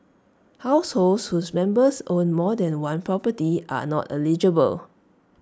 households whose members own more than one property are not eligible